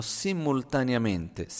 simultaneamente